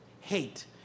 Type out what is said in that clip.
hate